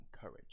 courage